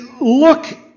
look